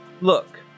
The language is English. look